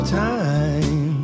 time